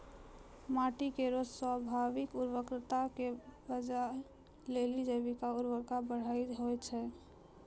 माटी केरो स्वाभाविक उर्वरता के बढ़ाय लेलि जैविक उर्वरक बढ़िया होय छै